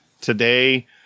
Today